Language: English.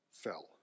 fell